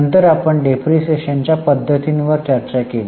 नंतर आपण डिप्रीशीएशनच्या पद्धतींवर चर्चा केली